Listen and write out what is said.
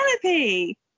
Penelope